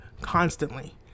constantly